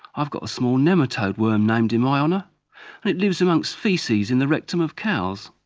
i've got a small nematode worm named in my honour, and it lives amongst faeces in the rectum of cows.